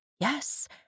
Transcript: Yes